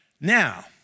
Now